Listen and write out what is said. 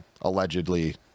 allegedly